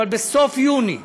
אבל בסוף יוני,